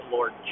Lord